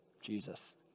Jesus